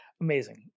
Amazing